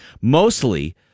Mostly